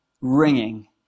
ringing